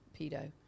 pedo